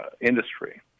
industry